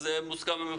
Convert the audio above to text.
מוסכמים.